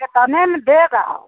कितने में देगा वह